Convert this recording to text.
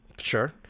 sure